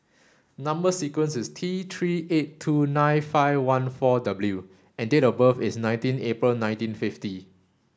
number sequence is T three eight two nine five one four W and date of birth is nineteen April nineteen fifty